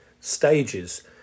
stages